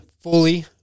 fully